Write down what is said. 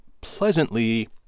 pleasantly